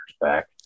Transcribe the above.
back